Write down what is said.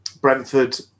Brentford